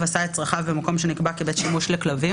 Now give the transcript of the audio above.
עשה את צרכיו במקום שנקבע כבית שימוש לכלבים"